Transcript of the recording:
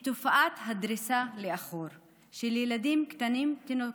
היא תופעת הדריסה לאחור של ילדים קטנים, תינוקות.